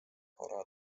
korea